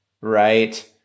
Right